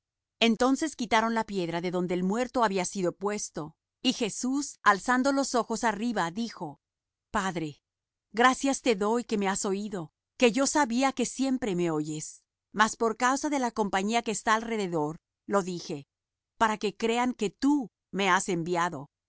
entonces quitaron la piedra de donde el muerto había sido puesto y jesús alzando los ojos arriba dijo padre gracias te doy que me has oído que yo sabía que siempre me oyes mas por causa de la compañía que está alrededor lo dije para que crean que tú me has enviado